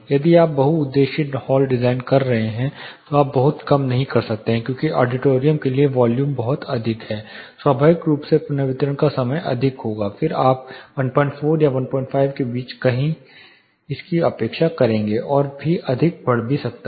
यदि आप बहुउद्देशीय हॉल डिजाइन कर रहे हैं तो आप बहुत कम नहीं कर सकते क्योंकि ऑडिटोरियम के लिए वॉल्यूम बहुत अधिक है स्वाभाविक रूप से पुनर्वितरण का समय अधिक होगा फिर आप 14 या 15 के बीच कहीं की अपेक्षा करेंगे यह और भी अधिक बढ़ सकता है